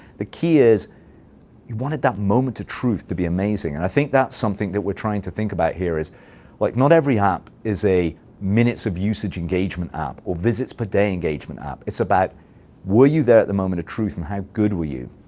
the key is we wanted that moment of truth to be amazing, and i think that's something that we're trying to think about here is like not every app is a minutes-of-usage engagement app or visits per day engagement app. it's about were you there at the moment of truth and how good were you?